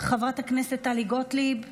חברת הכנסת טלי גוטליב,